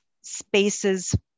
spaces